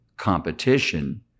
competition